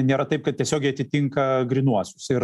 nėra taip kad tiesiogiai atitinka grynuosius ir